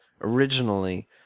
originally